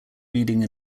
reading